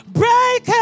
break